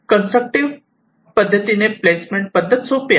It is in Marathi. कन्स्ट्रक्टिव्ह पद्धतीने प्लेसमेंट पद्धत सोपी आहे